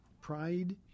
pride